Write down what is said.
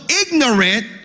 ignorant